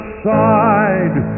side